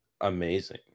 amazing